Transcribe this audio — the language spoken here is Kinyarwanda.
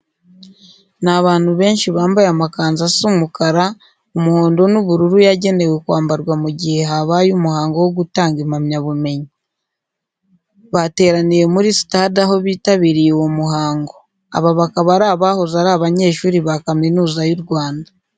Ni abantu benshi bambaye amakanzu asa umukara, umuhondo n'ubururu yagenewe kwambarwa mu gihe habaye umuhango wo gutanga impamyabumenyi. Bateraniye muri sitade aho bitabiriye uwo muhango. Aba bakaba ari abahoze ari abanyeshuri ba Kaminuza y'u Rwanda.